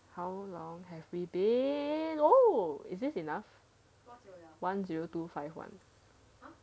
how long have we been !whoa! is this enough one zero two five one